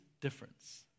difference